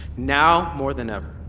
now more than ever.